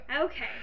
Okay